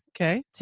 Okay